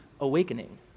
awakening